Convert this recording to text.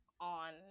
on